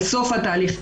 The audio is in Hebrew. על סוף התהליך.